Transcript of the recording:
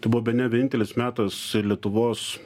tai buvo bene vienintelis metas lietuvos